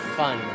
fun